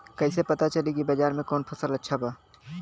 कैसे पता चली की बाजार में कवन फसल अच्छा बा?